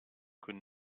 could